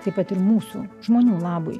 taip pat ir mūsų žmonių labui